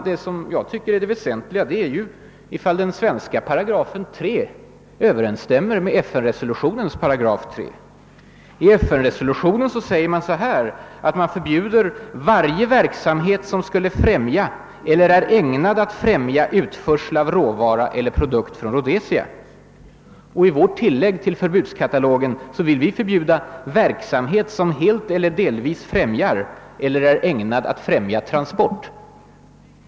Det som jag tycker är centralt här är om den svenska 3 8 i lagförslaget överensstämmer med FN-resolutionens 3 8. I FN-resolutionen förbjuds »varje verksamhet ——— som främjar eller är ägnad att främja utförsel av råvara eller produkt från Rhodesia». I vårt tilllägg till förbudskatalogen vill vi förbjuda »verksamhet som helt eller delvis främjar eller är ägnad att främja transport».